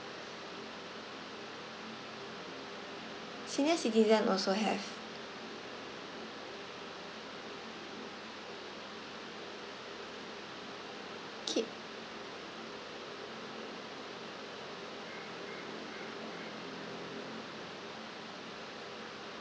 senior citizen also have K